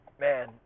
man